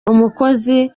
umukozi